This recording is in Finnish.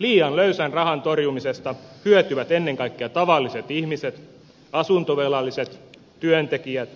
liian löysän rahan torjumisesta hyötyvät ennen kaikkea tavalliset ihmiset asuntovelalliset ja työntekijät